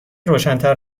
روشنتر